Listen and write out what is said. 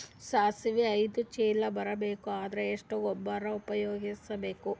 ಸಾಸಿವಿ ಐದು ಚೀಲ ಬರುಬೇಕ ಅಂದ್ರ ಎಷ್ಟ ಗೊಬ್ಬರ ಉಪಯೋಗಿಸಿ ಬೇಕು?